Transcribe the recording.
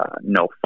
no